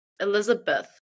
Elizabeth